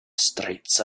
streets